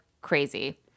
crazy